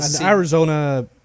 Arizona